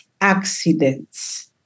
accidents